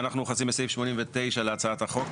אני מתחילים מסעיף 89 להצעת החוק,